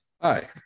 Hi